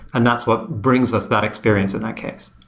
and that's what brings us that experience in that case.